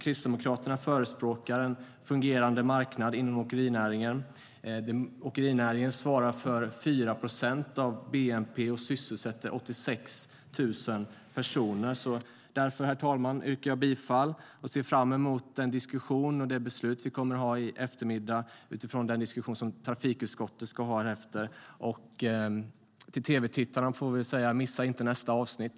Kristdemokraterna förespråkar en fungerande marknad inom åkerinäringen. Åkerinäringen svarar för 4 procent av bnp och sysselsätter 86 000 personer. Herr talman! Jag yrkar bifall till utskottets förslag och ser fram emot trafikutskottets diskussion och eftermiddagens beslut. Till tv-tittarna säger jag: Missa inte nästa avsnitt!